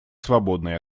свободной